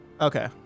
Okay